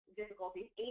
difficulties